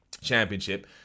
championship